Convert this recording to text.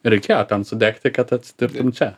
reikėjo ten sudegti kad atsidurtum čia